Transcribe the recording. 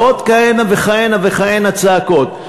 ועוד כהנה וכהנה וכהנה צעקות.